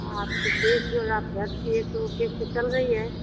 आपके केस जो है आप दर्ज किए थे वो केस तो चल रहा है